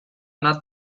not